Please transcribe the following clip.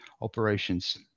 operations